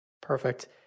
Perfect